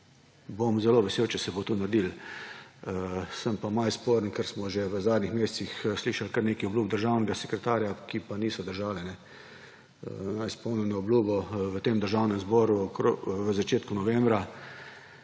bom zelo vesel, če se bo to naredilo sem pa malo sporen, ker smo že v zadnjih mesecih slišali, kar nekaj obljub državnega sekretarja, ki pa niso držale. Naj spomnim na obljubo v tem Državnem zboru v začetku novembra,